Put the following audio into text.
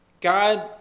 God